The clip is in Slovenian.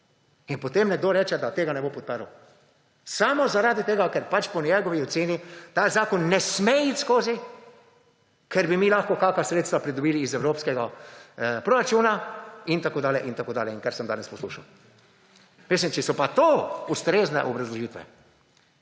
in potem nekdo reče, da tega ne bo podprl samo, zaradi tega, ker pač po njegovi oceni ta zakon ne sme iti skozi, ker bi mi lahko kakšna sredstva pridobili iz evropskega proračuna in tako dalje in tako dalje, kar sem danes poslušal. Če so pa to ustrezne obrazložitvi